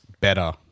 better